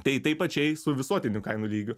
tai taip pačiai su visuotiniu kainų lygiu